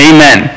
Amen